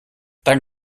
dann